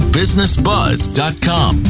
businessbuzz.com